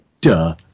duh